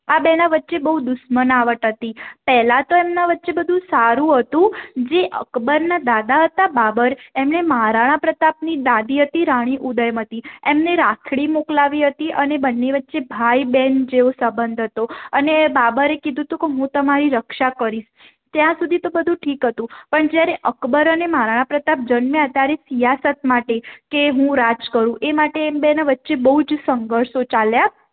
આ બેનાં વચ્ચે બહુ દુશ્મનાવટ હતી પહેલાં તો એમના વચ્ચે બધું સારું હતું જે અકબરના દાદા હતા બાબર એમણે મહારાણા પ્રતાપની દાદી હતી રાણી ઉદયમતી એમને રાખડી મોકલાવી હતી અને બંને વચ્ચે ભાઈ બહેન જેવો સબંધ હતો અને બાબરએ કીધું હતું કે હું તમારી રક્ષા કરીશ ત્યાં સુધી તો બધું ઠીક હતું પણ જ્યારે અકબર અને મહારાણા પ્રતાપ જન્મ્યા ત્યારે સિયાસત માટે કે હું રાજ કરું એ માટે એમ બેનાં વચ્ચે બહુ જ સંઘર્ષો ચાલ્યા